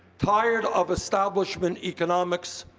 tired of establishment economics.